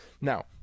Now